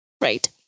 right